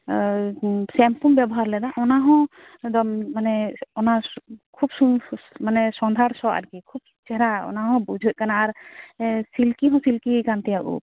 ᱥᱮᱢᱯᱩᱢ ᱵᱮᱵᱚᱦᱟᱨ ᱞᱮᱫᱟ ᱚᱱᱟ ᱦᱚᱸ ᱮᱠᱫᱚᱢ ᱢᱟᱱᱮ ᱚᱱᱟ ᱠᱷᱩᱵ ᱢᱟᱱᱮ ᱥᱚᱸᱫᱷᱟᱲ ᱥᱚ ᱟᱨᱠᱤ ᱠᱷᱩᱵ ᱪᱮᱨᱦᱟ ᱚᱱᱟ ᱦᱚᱸ ᱵᱩᱡᱷᱟᱹᱜ ᱠᱟᱱᱟ ᱟᱨ ᱥᱤᱞᱠᱤ ᱦᱚᱸ ᱥᱤᱞᱠᱤᱭᱟᱠᱟᱱ ᱛᱤᱧᱟᱹ ᱩᱯ